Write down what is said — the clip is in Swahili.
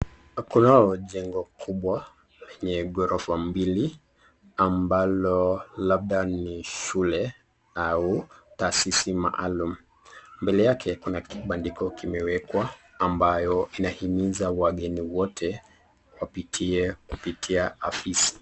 Kunalo jengo kubwa lenye ghorofa mbili, ambalo labda ni shule au taasisi maalum, mbele yake kuna kibandiko kimewekwa ambayo inahimiza wageni wote wapitie, kupitia afisi.